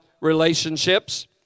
relationships